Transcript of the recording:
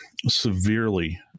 severely